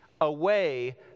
away